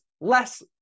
less